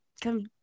come